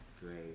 Great